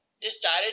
decided